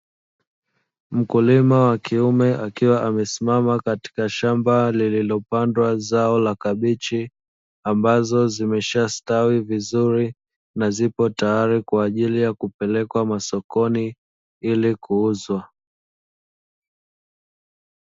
Mkulima wa kiume akiwa amesimama katika shamba lililopandwa zao la kabichi, ambazo zimeshastawi vizuri, na zipo tayari kwa ajili ya kupelekwa masokoni ili kuuzwa.